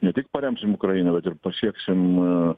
ne tik paremsim ukrainą bet ir pasieksim